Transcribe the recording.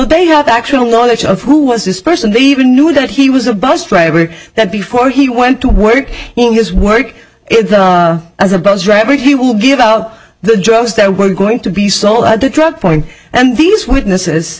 they have actual knowledge of who was this person they even knew that he was a bus driver that before he went to work in his work as a bus driver he will give out the drugs that were going to be sold at the truck point and these witnesses